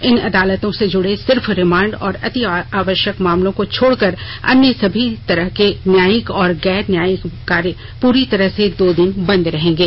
इन अदालतों से जुड़े सिर्फ रिमांड और अतिआवश्यक मामलों को छोड़कर अन्य सभी तरह के न्यायिक और गैर न्यायिक कार्य पूरी तरह से दो दिन बंद रहेंगे